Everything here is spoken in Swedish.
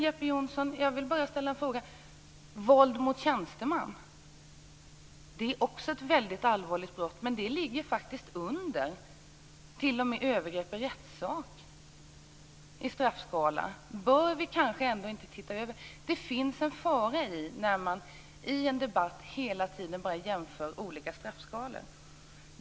Jeppe Johnsson, våld mot tjänsteman är också ett väldigt allvarligt brott men det ligger faktiskt t.o.m. under övergrepp i rättssak på straffskalan. Bör vi kanske ändå inte se över detta? Det finns en fara i att i en debatt hela tiden bara jämföra olika straffskalor.